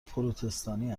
پروتستانی